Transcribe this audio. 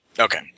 Okay